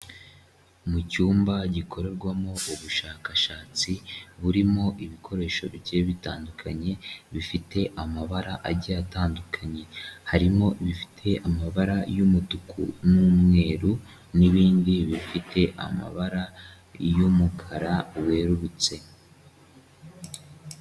Mu cyumba gikorerwamo ubushakashatsi, burimo ibikoresho bigiye bitandukanye, bifite amabara agiye atandukanye. Harimo bifite amabara y'umutuku n'umweru n'ibindi bifite amabara y'umukara werurutse.